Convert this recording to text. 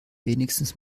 wenigstens